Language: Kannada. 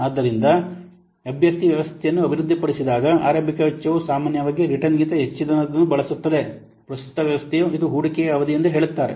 ಆದ್ದರಿಂದ ಅಭ್ಯರ್ಥಿ ವ್ಯವಸ್ಥೆಯನ್ನು ಅಭಿವೃದ್ಧಿಪಡಿಸಿದಾಗ ಆರಂಭಿಕ ವೆಚ್ಚವು ಸಾಮಾನ್ಯವಾಗಿ ರಿಟರ್ನ್ ಗಿಂತ ಹೆಚ್ಚಿನದನ್ನು ಬಳಸುತ್ತದೆ ಪ್ರಸ್ತುತ ವ್ಯವಸ್ಥೆಯು ಇದು ಹೂಡಿಕೆಯ ಅವಧಿ ಎಂದು ಹೇಳುತ್ತಾರೆ